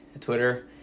Twitter